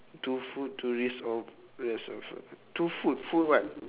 two food to risk of rest of your two food food what